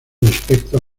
respecto